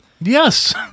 Yes